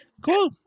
Cool